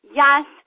yes